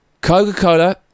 coca-cola